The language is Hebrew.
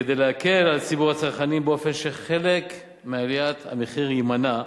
כדי להקל על ציבור הצרכנים באופן שחלק מהעלאת המחיר יימנע,